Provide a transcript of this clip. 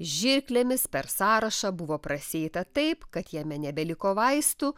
žirklėmis per sąrašą buvo prasieita taip kad jame nebeliko vaistų